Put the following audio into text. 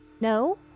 No